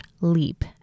LEAP